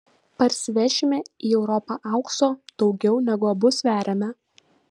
parsivešime į europą aukso daugiau negu abu sveriame